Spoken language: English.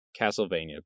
Castlevania